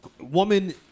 woman